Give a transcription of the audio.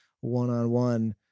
one-on-one